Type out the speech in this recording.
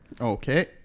Okay